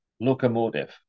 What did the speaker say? locomotive